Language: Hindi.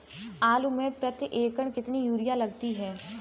आलू में प्रति एकण कितनी यूरिया लगती है?